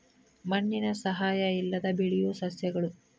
ಮಣ್ಣಿನ ಸಹಾಯಾ ಇಲ್ಲದ ಬೆಳಿಯು ಸಸ್ಯಗಳು